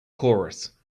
chorus